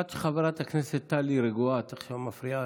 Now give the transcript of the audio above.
עד שחברת הכנסת טלי רגועה את עכשיו מפריעה?